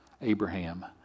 Abraham